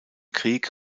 krieg